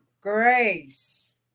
Grace